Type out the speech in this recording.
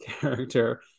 character